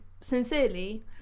sincerely